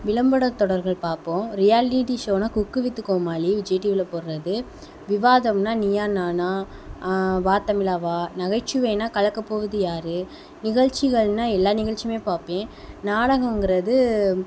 விளம்படத் தொடர்கள் பார்ப்போம் ரியாலிட்டி ஷோன்னா குக்கு வித்து கோமாளி விஜய் டீவியில போடுறது விவாதம்ன்னா நீயா நானா வா தமிழா வா நகைச்சுவைன்னா கலக்கப் போவது யாரு நிகழ்ச்சிகள்ன்னா எல்லா நிகழ்ச்சியுமே பார்ப்பேன் நாடகங்கிறது